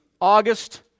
August